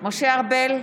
משה ארבל,